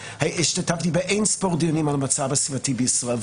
והשתתפתי באין ספור דיונים על המצב הסביבתי בישראל.